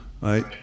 right